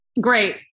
great